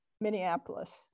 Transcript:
minneapolis